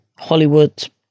Hollywood